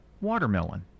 Watermelon